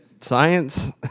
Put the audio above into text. science